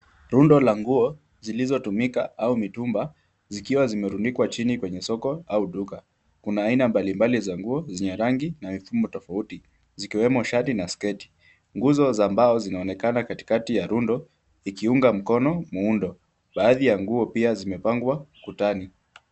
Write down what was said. Rundo la nguo zilizotumika au mitumba zikiwa zimerundikwa chini kwenye soko au duka .Kuna aina mbalimbali za nguo zenye rangi na mifumo tofauti zikiwemo shati na sketi .Nguzo za mbao zinaonekana katikati ya rundo ikiunga mkono muundo. Baadhi ya nguo pia zimepangwa ukutani.